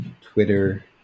Twitter